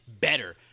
better